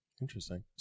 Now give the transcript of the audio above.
Interesting